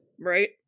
Right